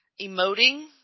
emoting